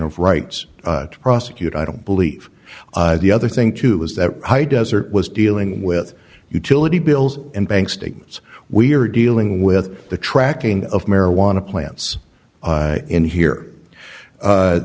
of rights to prosecute i don't believe the other thing too is that high desert was dealing with utility bills and bank statements we are dealing with the tracking of marijuana plants in here